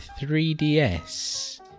3DS